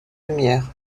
lumière